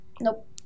Nope